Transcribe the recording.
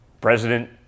President